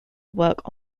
work